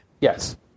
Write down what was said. Yes